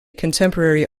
contemporary